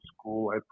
school